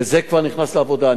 וזה כבר נכנס לעבודה,